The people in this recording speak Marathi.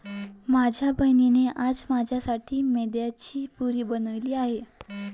माझ्या बहिणीने आज माझ्यासाठी मैद्याची पुरी बनवली आहे